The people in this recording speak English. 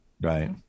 Right